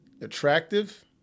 attractive